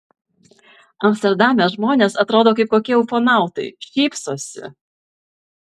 amsterdame žmonės atrodo kaip kokie ufonautai šypsosi